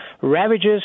ravages